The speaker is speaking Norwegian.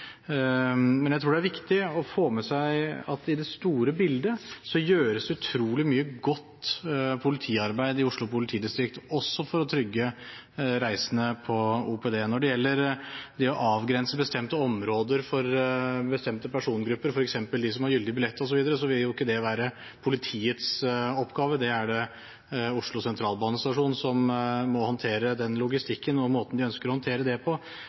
Men jeg tror det er viktig å få med seg at i det store bildet gjøres det utrolig mye godt politiarbeid i Oslo politidistrikt, også for å trygge reisende. Når det gjelder det å avgrense bestemte områder for bestemte persongrupper, f.eks. dem som har gyldig billett, osv., vil ikke det være politiets oppgave. Det er Oslo Sentralstasjon som må håndtere den logistikken og måten de ønsker å håndtere det på,